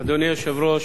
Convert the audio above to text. אדוני היושב-ראש,